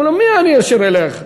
אומר לו: מי אני אשר אלך?